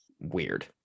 weird